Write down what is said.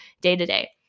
day-to-day